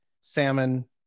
salmon